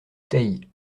theil